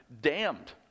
damned